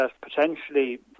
potentially